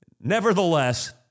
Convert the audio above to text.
nevertheless